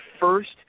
first